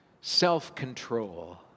self-control